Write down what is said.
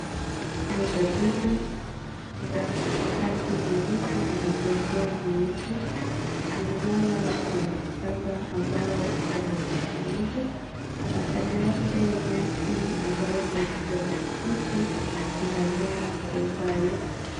Ng'ombe mbili za rangi nyeusi na madoadoa nyeupe zimelala kwenye mchanga ambao uko na unyevunyevu na kando yake nyasi ambayo ni ya kijani kibichi inamea kwa umbali.